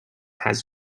has